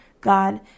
God